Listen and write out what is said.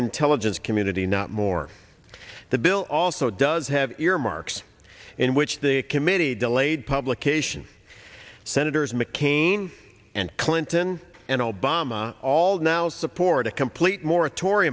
intelligence community not more the bill also does have earmarks in which the committee delayed publication senators mccain and clinton and obama all now support a complete moratori